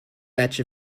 batch